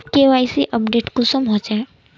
KYC update कुंसम होचे?